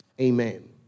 Amen